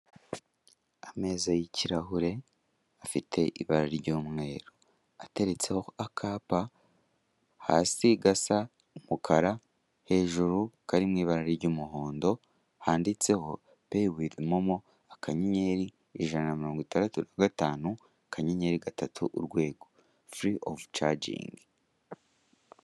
Ameza y'ikirahure afite ibara ry'umweru ateretseho akapa hasi gasa umukara hejuru kari mu ibara ry'umuhondo handitseho peyi wivu momo akanyenyeri ijana na mirongo itandatu na gatanu akamyenyeri gatatu urwego. Furi ofu cajingi.